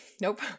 Nope